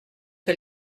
que